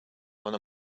one